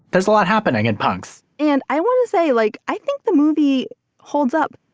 there's a lot happening in punks. and i want to say, like, i think the movie holds up.